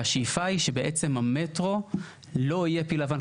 והשאיפה היא שבעצם המטרו לא יהיה פיל לבן,